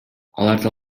аларды